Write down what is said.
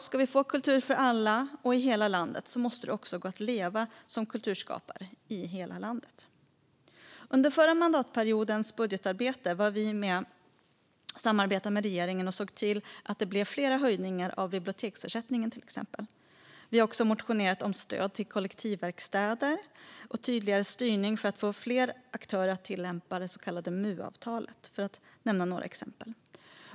Ska vi få kultur för alla och i hela landet måste det också gå att leva som kulturskapare i hela landet. Under förra mandatperiodens budgetarbete samarbetade vi med regeringen och såg till att det blev flera höjningar av biblioteksersättningen, till exempel. Vi har också motionerat om stöd till kollektivverkstäder och om tydligare styrning för att få fler aktörer att tillämpa det så kallade MUavtalet, för att nämna några exempel.